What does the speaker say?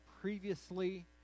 previously